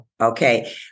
Okay